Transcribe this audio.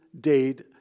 date